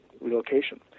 relocation